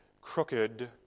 crooked